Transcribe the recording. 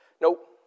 nope